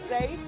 safe